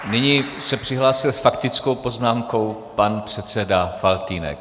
Nyní se přihlásil s faktickou poznámkou pan předseda Faltýnek.